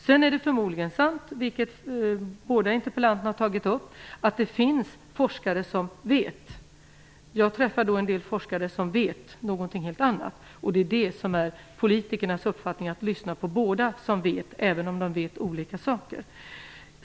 Det är förmodligen sant, vilket båda interpellanterna har tagit upp, att det finns forskare som vet. Jag har träffat en del forskare som vet någonting helt annat. Det är politikernas uppgift att lyssna på båda som vet, även om de vet olika saker.